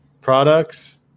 Products